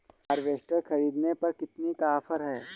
Harvester ख़रीदने पर कितनी का ऑफर है?